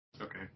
Okay